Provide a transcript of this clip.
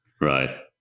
Right